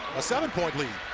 seven-point lead.